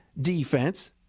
defense